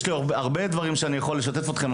יש הרבה דברים שאני יכול לשתף אתכם,